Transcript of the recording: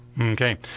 okay